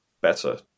better